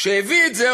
שהביא את זה,